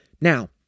Now